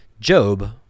job